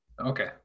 Okay